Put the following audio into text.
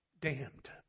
damned